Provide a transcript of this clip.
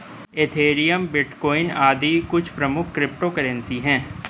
Ethereum, bitcoin आदि कुछ प्रमुख क्रिप्टो करेंसी है